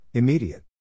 Immediate